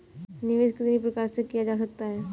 निवेश कितनी प्रकार से किया जा सकता है?